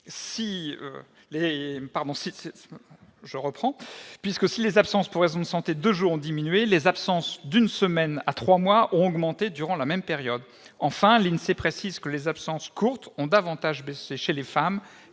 si les absences pour raison de santé de deux jours ont diminué, les absences d'une semaine à trois mois ont augmenté durant la même période. Enfin, l'INSEE précise que le nombre d'absences courtes a davantage diminué dans certaines